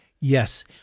Yes